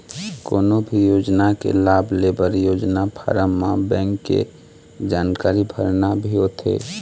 कोनो भी योजना के लाभ लेबर योजना फारम म बेंक के जानकारी भरना भी होथे